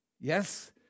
Yes